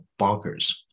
bonkers